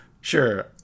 sure